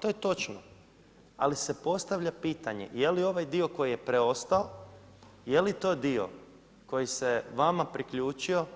To je točno, ali se postavlja pitanje je li ovaj dio koji je preostao, je li to dio koji se vama priključio